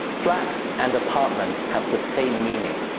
flat and apartment have the same meaning.